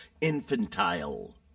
infantile